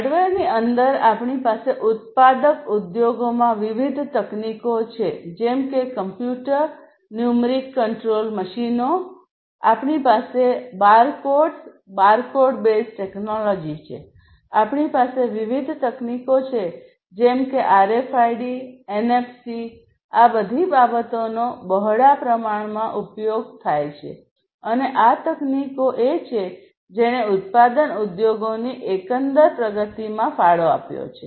હાર્ડવેરની અંદર આપણી પાસે ઉત્પાદક ઉદ્યોગોમાં વિવિધ તકનીકો છે જેમ કે કમ્પ્યુટર ન્યુમેરિક કંટ્રોલ મશીનો આપણી પાસે બારકોડ્સ બારકોડ બેઝ ટેકનોલોજી છે આપણી પાસે વિવિધ તકનીકો છે જેમ કે આરએફઆઈડી એનએફસી આ બધી બાબતોનો બહોળા પ્રમાણમાં ઉપયોગ થાય છે અને આ તકનીકો છે જેણે ઉત્પાદન ઉદ્યોગોની એકંદર પ્રગતિમાં પણ ફાળો આપ્યો છે